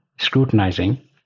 scrutinizing